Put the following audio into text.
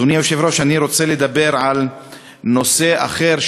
אדוני היושב-ראש, אני רוצה לדבר על נושא אחר.